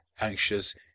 anxious